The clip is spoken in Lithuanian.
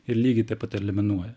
ir lygiai taip pat eliminuoja